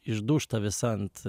išdūžta visa ant